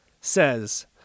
says